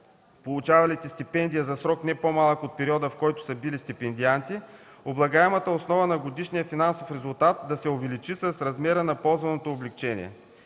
получавалите стипендия за срок не по-малък от периода, в който са били стипендианти, облагаемата основа на годишния финансов резултат да се увеличи с размера на ползваното облекчение.